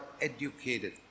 educated